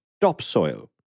topsoil